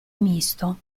misto